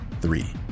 Three